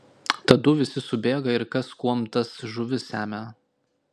tadu visi subėga ir kas kuom tas žuvis semia